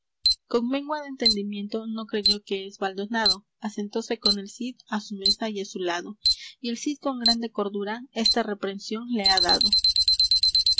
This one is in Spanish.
con mengua de entendimiento no creyó que es baldonado asentóse con el cid á su mesa y á su lado y el cid con grande cordura esta reprensión le ha dado